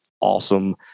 awesome